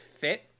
fit